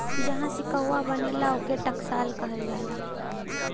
जहाँ सिक्कवा बनला, ओके टकसाल कहल जाला